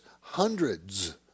hundreds